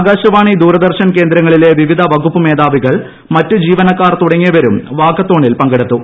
ആകാശവാണി ദൂരദർശൻ കേന്ദ്രങ്ങളിലെ വിവിധ വകുപ്പ് മേധാവികൾ മറ്റ് ജീവനക്കാർ തുടങ്ങിയവരും വാക്കത്തോണിൽ പങ്കെടുത്തു